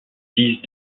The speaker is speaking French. fils